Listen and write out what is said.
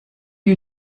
are